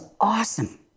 awesome